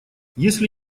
если